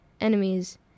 enemies